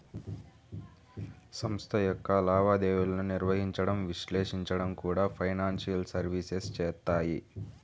సంస్థ యొక్క లావాదేవీలను నిర్వహించడం, విశ్లేషించడం కూడా ఫైనాన్షియల్ సర్వీసెస్ చేత్తాయి